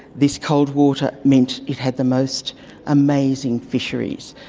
this cold water meant it had the most amazing fisheries.